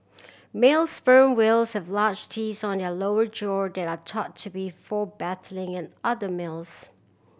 male sperm whales have large teeth on their lower jaw that are thought to be for battling and other males